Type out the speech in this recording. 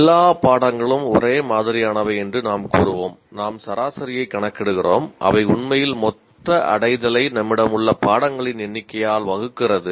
எல்லா பாடங்களும் ஒரே மாதிரியானவை என்று நாம் கூறுவோம் நாம் சராசரியைக் கணக்கிடுகிறோம் அவை உண்மையில் மொத்த அடைதலை நம்மிடம் உள்ள பாடங்களின் எண்ணிக்கையால் வகுக்கிறது